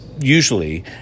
Usually